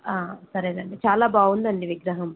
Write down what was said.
సరే అండి చాలా బాగుంది అండి విగ్రహం